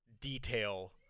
detail